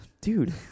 Dude